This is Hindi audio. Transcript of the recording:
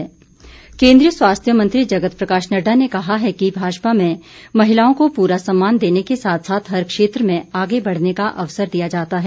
नड्डा केन्द्रीय स्वास्थ्य मंत्री जगत प्रकाश नड्डा ने कहा है कि भाजपा में महिलाओं को पूरा सम्मान देने के साथ साथ हर क्षेत्र में आगे बढ़ने का अवसर दिया जाता है